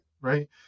right